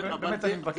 אני מבקש.